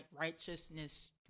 righteousness